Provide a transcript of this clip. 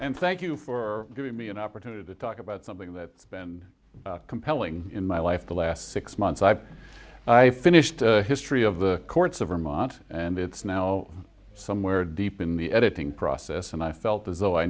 and thank you for giving me an opportunity to talk about something that's been compelling in my life the last six months i've finished a history of the courts of vermont and it's now somewhere deep in the editing process and i felt as though i